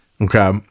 Okay